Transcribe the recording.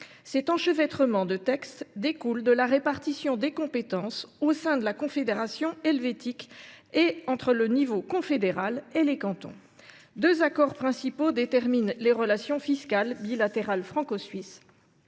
Cet enchevêtrement de textes découle de la répartition des compétences au sein de la Confédération helvétique et entre le niveau confédéral et les cantons. Deux accords principaux déterminent les relations fiscales bilatérales franco suisses.